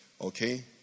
okay